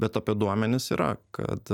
bet apie duomenis yra kad